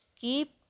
Keep